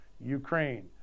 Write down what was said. Ukraine